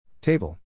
Table